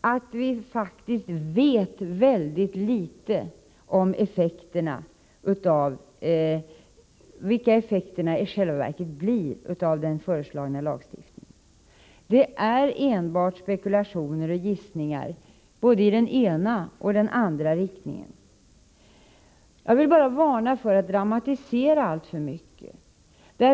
att vi faktiskt vet mycket litet om vilka effekterna i själva verket blir av den föreslagna lagstiftningen. Det är enbart spekulationer och gissningar, både i den ena och i den andra riktningen. Jag vill varna för att dramatisera alltför mycket.